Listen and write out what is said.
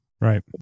right